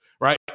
right